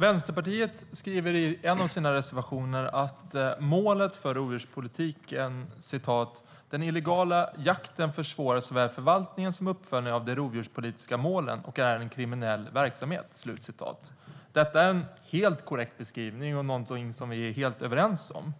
Vänsterpartiet skriver i en av sina reservationer gällande mål för rovdjurspolitiken att "den illegala jakten försvårar såväl förvaltningen som uppföljningen av de rovdjurspolitiska målen och är en kriminell verksamhet". Detta är en helt korrekt beskrivning och någonting vi är helt överens om.